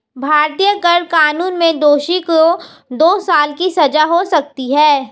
भारतीय कर कानून में दोषी को दो साल की सजा हो सकती है